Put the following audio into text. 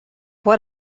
what